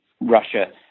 Russia